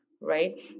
right